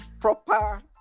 proper